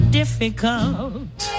difficult